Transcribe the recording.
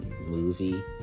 movie